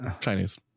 Chinese